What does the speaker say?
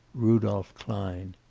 rudolph klein.